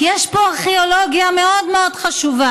כי יש פה ארכיאולוגיה מאוד מאוד חשובה,